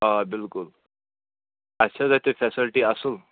آ بِلکُل اَسہِ چھِ حظ اَتہِ فٮ۪سَلٹی اَصٕل